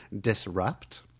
disrupt